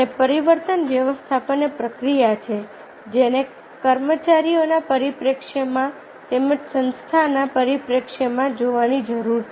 અને પરિવર્તન વ્યવસ્થાપન એ એક પ્રક્રિયા છે જેને કર્મચારીઓના પરિપ્રેક્ષ્યમાં તેમજ સંસ્થાના પરિપ્રેક્ષ્યમાં જોવાની જરૂર છે